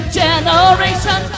generation